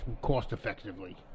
cost-effectively